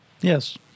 Yes